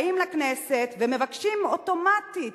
באים לכנסת ומבקשים אוטומטית